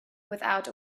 without